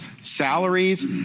salaries